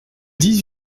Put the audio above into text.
dix